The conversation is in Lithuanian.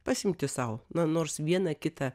pasiimti sau man na nors vieną kitą